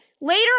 later